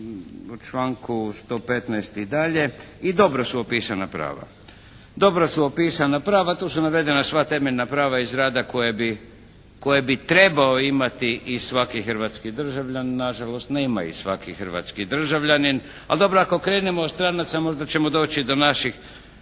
opisana prava. Dobro su opisana prava, tu su navedena sva temeljna prava iz rada koje bi trebao imati i svaki hrvatski državljanin, na žalost nema ih svaki hrvatski državljanin. Ali dobro ako krenemo od stranaca možda ćemo doći i do naših